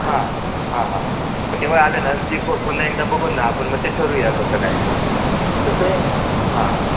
हां हां हां हां मग तेव्हा आले ना की ब पुन्हा एकदा बघून ना आपण मग ते ठरवूया कसं काय ते हां